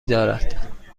دارد